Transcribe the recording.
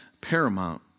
paramount